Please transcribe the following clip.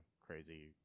crazy